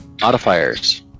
modifiers